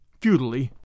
futilely